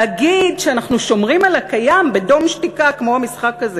להגיד שאנחנו שומרים על הקיים ב"דום שתיקה" כמו המשחק הזה